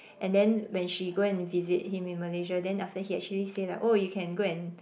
and then when she go and visit him in Malaysia then after he actually say [like] oh you can go and